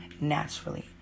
naturally